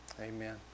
Amen